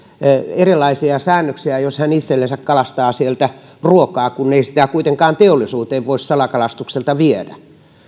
erilaisia säännöksiä jos hän itsellensä kalastaa ruokaa kun ei sitä kuitenkaan teollisuuteen voi salakalastuksesta viedä